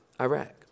Iraq